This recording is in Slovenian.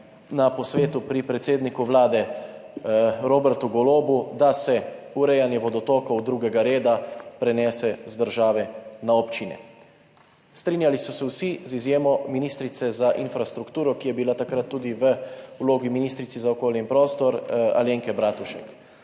na posvetu pri predsedniku Vlade Robertu Golobu, da se urejanje vodotokov drugega 2. reda prenese z države na občine. Strinjali so se vsi z izjemo ministrice za infrastrukturo, ki je bila takrat tudi v vlogi ministrice za okolje in prostor Alenke Bratušek.